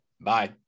bye